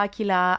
Kila